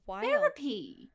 therapy